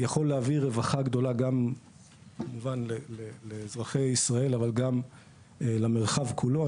יכול להביא רווחה גדולה גם כמובן לאזרחי ישראל אבל גם למרחב כולו.